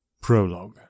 Prologue